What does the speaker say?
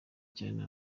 cyane